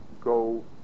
go